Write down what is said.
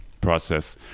process